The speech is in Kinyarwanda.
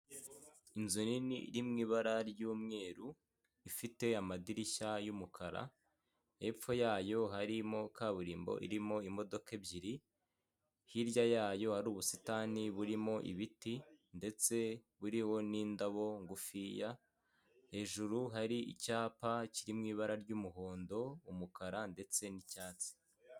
Inzu nini iri mu ibara ry'umweru, ifite amadirishya y'umukara, hepfo yayo harimo kaburimbo irimo imodoka ebyiri, hirya yayo hari ubusitani burimo ibiti ndetse buriho n'indabo ngufiya, hejuru hari icyapa kiriho ibara ry'umuhondo, umukara ndetse n'icyatsi.